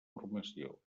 formació